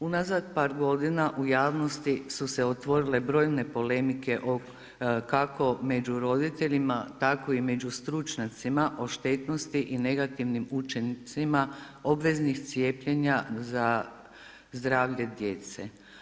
Unazad par godina u javnosti su se otvorile brojne polemike kako među roditeljima, tako i među stručnjacima o štetnosti i negativnim učincima obveznih cijepljenja za zdravlje djece.